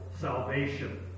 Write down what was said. salvation